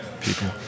people